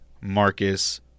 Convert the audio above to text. Marcus